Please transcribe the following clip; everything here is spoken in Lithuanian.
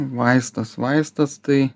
vaistas vaistas tai